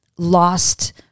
Lost